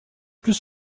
plus